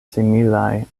similaj